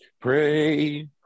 Pray